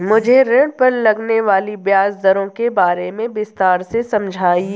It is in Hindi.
मुझे ऋण पर लगने वाली ब्याज दरों के बारे में विस्तार से समझाएं